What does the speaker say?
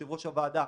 יושב-ראש הוועדה,